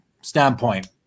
standpoint